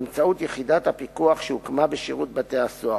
באמצעות יחידת הפיקוח שהוקמה בשירות בתי-הסוהר.